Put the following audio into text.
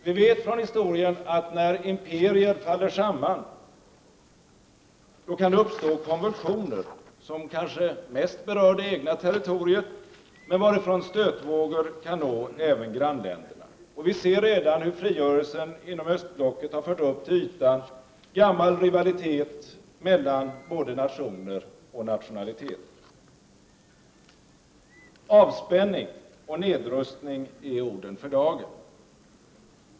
Vi vet från historien att när imperier faller samman, kan det uppstå konvulsioner, som kanske mest berör det egna territoriet, men varifrån stötvågor kan nå även grannländerna. Vi ser redan hur frigörelsen inom östblocket har fört upp till ytan gammal rivalitet mellan både nationer och nationaliteter. Avspänning och nedrustning är orden för dagen.